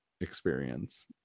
experience